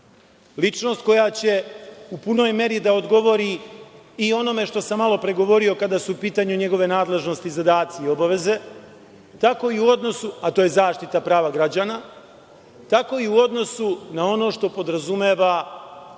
ličnost koja će u punoj meri da odgovori i onome što sam malo pre govorio kada su u pitanju njegove nadležnosti, zadaci i obaveze, a to je zaštita prava građana, tako i u odnosu na ono što podrazumeva